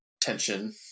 tension